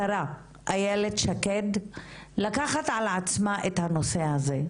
השרה איילת שקד לקחת על עצמה את הנושא הזה.